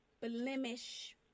blemish